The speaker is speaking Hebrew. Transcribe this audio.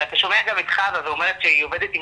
ואתה שומע גם את חוה אומרת שהיא עובדת עם